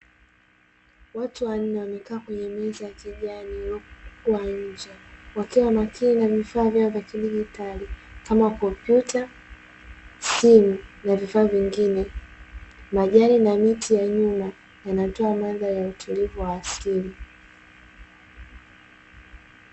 Watu wanne wamekaa kwenye meza ya kijani iliyokuwa nje, wakiwa makini na vifaa vyao vya kidijitali kama kompyuta, simu na vifaa vingine, majani na miti ya nyuma yanatoa mandhari ya utulivu wa asili.